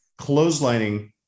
clotheslining